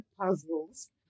puzzles